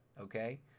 okay